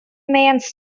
mans